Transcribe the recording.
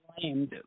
blamed